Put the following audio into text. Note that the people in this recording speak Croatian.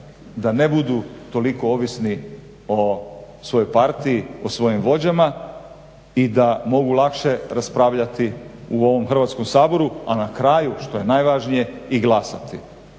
da ne budu toliko ovisni o svojoj partiji, o svojim vođama i da mogu lakše raspravljati u ovom Hrvatskom saboru, a na kraju što je najvažnije i glasati.